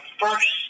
first